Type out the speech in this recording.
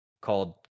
called